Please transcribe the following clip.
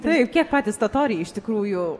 taip kiek patys totoriai iš tikrųjų